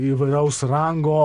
įvairaus rango